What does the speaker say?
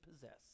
possess